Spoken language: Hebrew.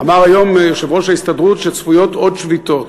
אמר היום יושב-ראש ההסתדרות שצפויות עוד שביתות.